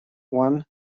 one